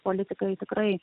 politikai tikrai